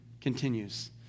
continues